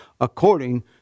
according